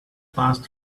passed